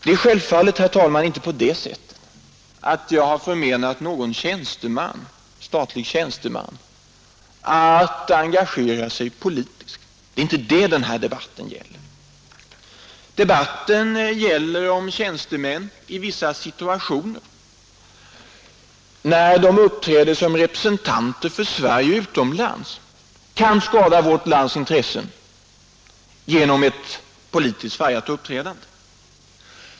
Det är självfallet, herr talman, inte på det sättet att jag har förmenat någon statlig tjänsteman att engagera sig politiskt; det är inte det saken gäller. Debatten gäller, om tjänstemän i vissa situationer, när de uppträder som representanter för Sverige utomlands, kan skada vårt lands intressen genom politiskt färgade uttalanden.